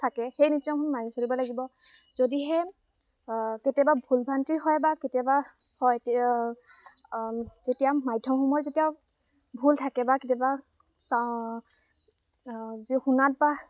থাকে সেই নীতি নিয়মসমূহ মানি চলিব লাগিব যদিহে কেতিয়াবা ভুল ভ্ৰান্তি হয় বা কেতিয়াবা হয় যেতিয়া মাধ্যমসমূহৰ যেতিয়া ভুল থাকে বা কেতিয়াবা যি শুনাত বা